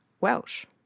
Welsh